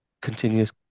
continuous